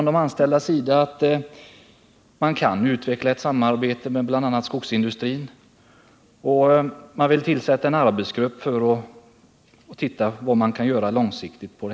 De anställda har sagt att man skulle kunna utveckla ett samarbete med bl.a. skogsindustrin, och man vill tillsätta en arbetsgrupp för att se vad som kan göras på lång sikt.